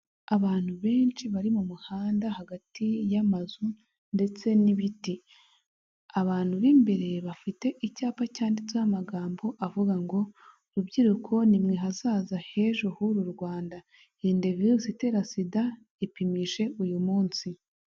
Abantu benshi bari mu muhanda hagati y'amazu ndetse n'ibiti abantu b'imbere bafite icyapa cyanditseho amagambo avuga ngo rubyiruko nimwe hazaza h'ejo h'uru Rwanda irinde virusi itera sida ipimije uyu munsi.